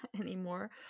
anymore